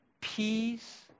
peace